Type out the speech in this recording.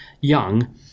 young